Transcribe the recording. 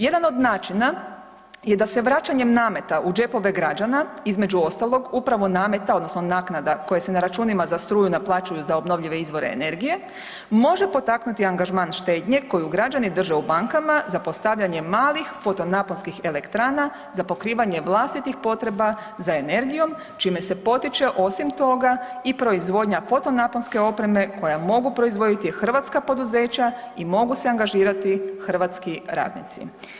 Jedan od načina je da se vračanjem nameta u džepove građana između ostalog upravo nameta odnosno naknada koje se na računima za struju naplaćuju za obnovljive izvore energije može potaknuti angažman štednje koju građani drže u bankama za postavljanje malih fotonaponskih elektrana za pokrivanje vlastitih potreba za energijom čime se potiče osim toga i proizvodnja fotonaponske opreme koja mogu proizvoditi hrvatska poduzeća i mogu se angažirati hrvatski radnici.